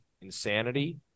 insanity